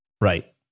Right